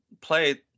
play